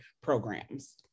programs